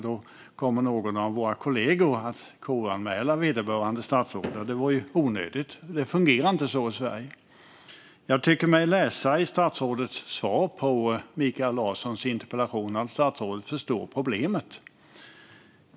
Då kommer någon av våra kollegor att KU-anmäla vederbörande statsråd. Det vore onödigt. Det fungerar nämligen inte så i Sverige. Jag tycker att det av statsrådets svar på Mikael Larssons interpellation låter som att statsrådet förstår problemet.